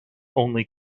only